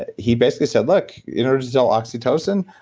ah he basically said, look, in order to tell oxytocin,